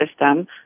system